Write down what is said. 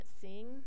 sing